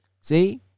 see